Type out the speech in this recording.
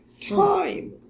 time